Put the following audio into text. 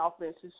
offenses